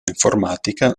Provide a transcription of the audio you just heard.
informatica